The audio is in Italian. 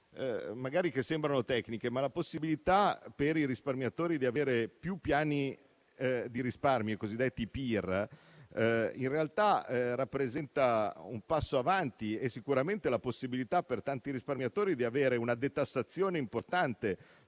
magari sembrano tecniche, ma la possibilità per i risparmiatori di avere più piani di risparmio, i cosiddetti PIR, in realtà rappresenta un passo avanti e sicuramente la possibilità per tanti di loro di avere una detassazione importante